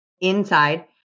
inside